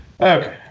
Okay